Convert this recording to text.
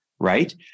Right